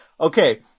okay